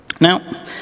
Now